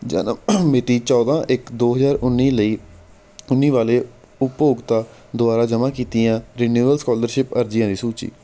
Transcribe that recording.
ਜਨਮ ਮਿਤੀ ਚੌਦ੍ਹਾਂ ਇੱਕ ਦੋ ਹਜ਼ਾਰ ਉੱਨੀ ਲਈ ਉੱਨੀ ਵਾਲੇ ਉਪਭੋਗਤਾ ਦੁਆਰਾ ਜਮ੍ਹਾਂ ਕੀਤੀਆਂ ਰਿਨਿਊਲ ਸਕਾਲਰਸ਼ਿਪ ਅਰਜ਼ੀਆਂ ਦੀ ਸੂਚੀ